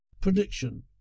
Prediction